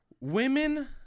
Women